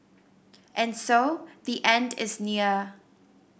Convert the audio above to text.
and so the end is near